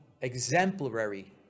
exemplary